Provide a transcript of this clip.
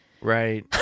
Right